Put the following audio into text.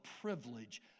privilege